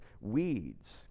weeds